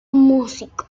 músico